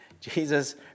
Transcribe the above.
Jesus